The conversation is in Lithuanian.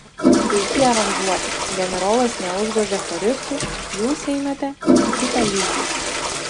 puiki aranžuotė generolas neužgožė choristų jūs einate į kitą lygį